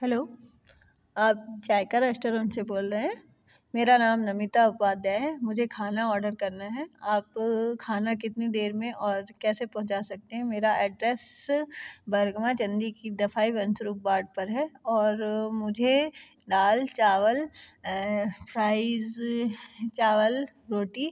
hello आप Zaika restaurant से बोल रए हैं मेरा नाम नमिता उपाध्याय है मुझे खाना ऑडर करना है आप खाना कितनी देर में और कैसे पहुँचा सकते हैं मेरा एड्रेस बरगवाँ चंदी की दफाई वेन्चरू बाट पर है और मुझे दाल चावल फ़्राइज़ चावल रोटी